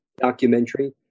documentary